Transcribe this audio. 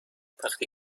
وقتی